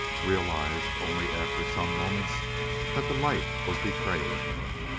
realized only after some moments that the light was betraying him.